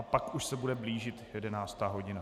Pak už se bude blížit 11. hodina.